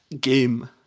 game